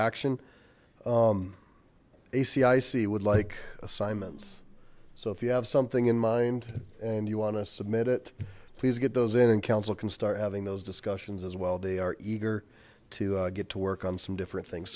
action a cic would like assignments so if you have something in mind and you want to submit it please get those in and council can start having those discussions as well they are eager to get to work on some different things